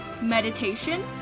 meditation